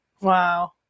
Wow